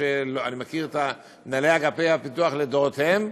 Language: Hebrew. אני מכיר את מנהלי אגפי הפיתוח לדורותיהם,